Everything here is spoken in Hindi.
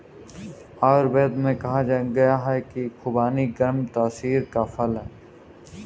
आयुर्वेद में कहा गया है कि खुबानी गर्म तासीर का फल है